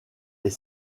est